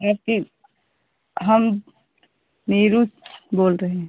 AC हम नीरू बोल रहे हैं